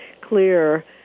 clear